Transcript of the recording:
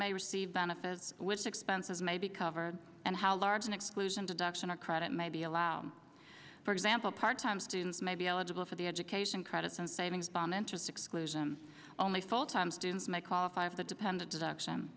may receive benefits which expenses may be covered and how large an exclusion deduction or credit may be allow for example part time student may be eligible for the education credits and savings bond interest exclusion only full time student may qualify of the dependent deduction